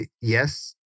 yes